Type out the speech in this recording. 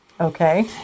Okay